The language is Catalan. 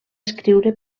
escriure